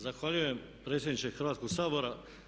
Zahvaljujem predsjedniče Hrvatskog sabora.